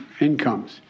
incomes